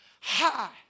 high